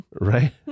right